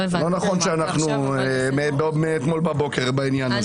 זה לא נכון שאנחנו מאתמול בבוקר בעניין הזה.